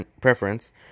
preference